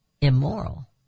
immoral